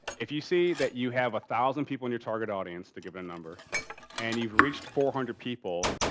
if you see that you have a thousand people in your target audience to give a number and you've reached four hundred people,